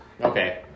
Okay